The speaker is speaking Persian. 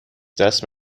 دست